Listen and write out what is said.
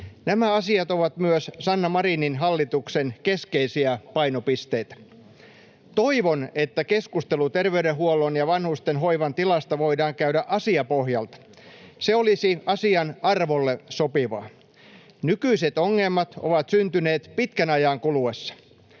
Nämä asiat ovat myös Sanna Marinin hallituksen keskeisiä painopisteitä. Toivon, että keskustelu terveydenhuollon ja vanhustenhoivan tilasta voidaan käydä asiapohjalta. Se olisi asian arvolle sopivaa. Nykyiset ongelmat ovat syntyneet pitkän ajan kuluessa.